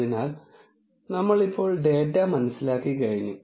അതിനാൽ നമ്മൾ ഇപ്പോൾ ഡാറ്റ മനസ്സിലാക്കിക്കഴിഞ്ഞു